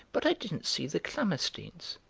but i didn't see the klammersteins.